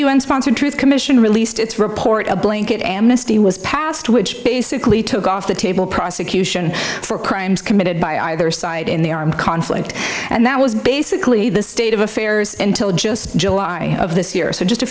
n sponsored truth commission released its report a blanket amnesty was passed which basically took off the table prosecution for crimes committed by either side in the armed conflict and that was basically the state of affairs in till just july of this year so just a